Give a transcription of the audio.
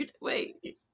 wait